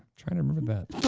trying to remember that